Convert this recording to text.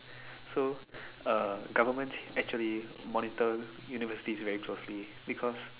so uh governments actually monitor universities very closely because